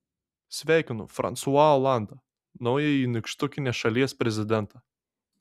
sveikinu fransua olandą naująjį nykštukinės šalies prezidentą